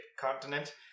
continent